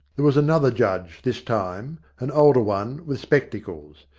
there was another judge this time, an older one, with spectacles.